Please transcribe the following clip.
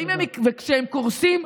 וכשהם קורסים,